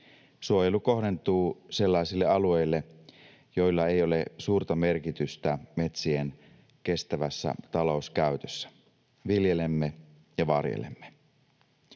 Suojelu kohdentuu sellaisille alueille, joilla ei ole suurta merkitystä metsien kestävässä talouskäytössä. Viljelemme ja varjelemme.